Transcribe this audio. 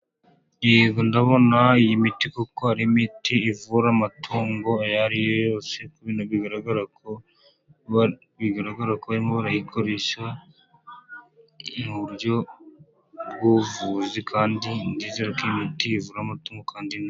Yego ndabona iyi miti koko ari imiti ivura amatungo ayo ariyo yose, bigaragarako bigaragarako barimo barayikoresha mu buryo bw'ubuvuzi kandi ndizerako iyi miti ivura amatungo kandi neza.